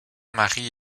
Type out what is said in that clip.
mary